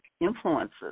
influences